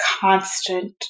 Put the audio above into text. constant